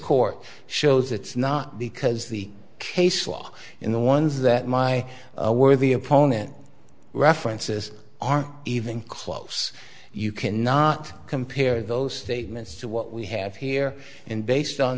court shows it's not because the case law in the ones that my worthy opponent references are even close you can not compare those statements to what we have here and based on